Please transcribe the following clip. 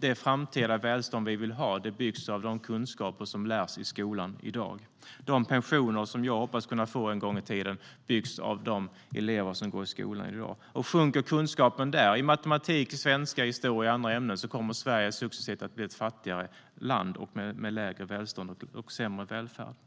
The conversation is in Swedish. det framtida välstånd vi vill ha byggs av de kunskaper som lärs i skolan i dag. De pensioner som jag hoppas kunna få en gång i tiden byggs av de elever som går i skolan i dag. Sjunker kunskapen där i matematik, svenska, historia och andra ämnen kommer Sverige successivt att bli ett fattigare land med lägre välstånd och sämre välfärd.